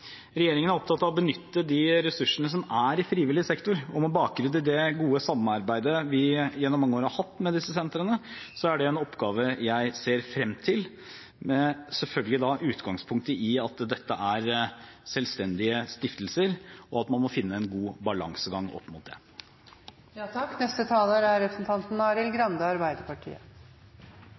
Regjeringen er opptatt av å benytte de ressursene som er i frivillig sektor, og med bakgrunn i det gode samarbeidet vi gjennom mange år har hatt med disse sentrene, er det en oppgave jeg ser frem til – selvfølgelig da med utgangspunkt i at dette er selvstendige stiftelser, og at man må finne en god balansegang opp mot